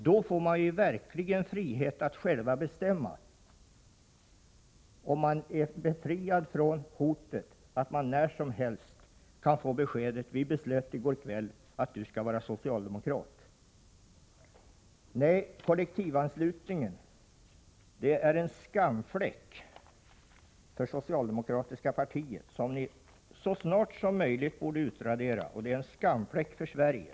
Då får man ju verkligen frihet att själv bestämma, dvs. om man är befriad från hotet att när som helst få beskedet: Vi beslöt i går kväll att du skall vara socialdemokrat. Nej, kollektivanslutningen är en skamfläck för det socialdemokratiska partiet, vilken ni så snart som möjligt borde utradera, och den är en skamfläck för Sverige.